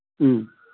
ꯎꯝ